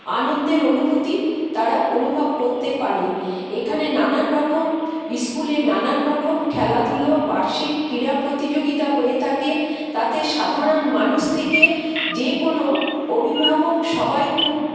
আনন্দের অনুভূতি তারা অনুভব করতে পারে এখানে নানানরকম স্কুলে নানানরকম খেলাধুলো বার্ষিক ক্রীড়া প্রতিযোগিতা হয়ে থাকে তাতে সাধারণ মানুষ থেকে যেকোনো অভিভাবক সবাই খুব